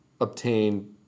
obtain